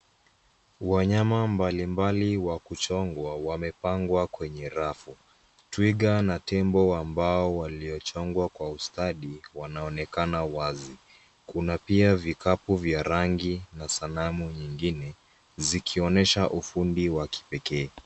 Wanyama mbali mbali wa kuchongwa wamepangwa kwenye rafu. Twiga na tembo ambao waliochongwa kwa ustadi wanaonekana wazi. Kuna na pia vikapu vya rangi na sanamu nyingine zikionyesha ufundi wa kipekee.